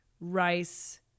rice